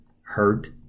hurt